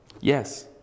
Yes